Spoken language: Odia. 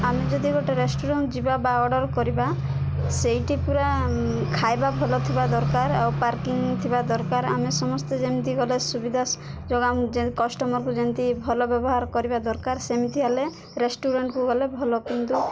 ଆମେ ଯଦି ଗୋଟେ ରେଷ୍ଟୁରାଣ୍ଟ୍ ଯିବା ବା ଅର୍ଡ଼ର କରିବା ସେଇଠି ପୁରା ଖାଇବା ଭଲ ଥିବା ଦରକାର ଆଉ ପାର୍କିଂ ଥିବା ଦରକାର ଆମେ ସମସ୍ତେ ଯେମିତି ଗଲେ ସୁବିଧା ଯୋଗାଉ କଷ୍ଟମର୍କୁ ଯେମିତି ଭଲ ବ୍ୟବହାର କରିବା ଦରକାର ସେମିତି ହେଲେ ରେଷ୍ଟୁରାଣ୍ଟ୍କୁ ଗଲେ ଭଲ କିନ୍ତୁ